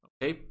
Okay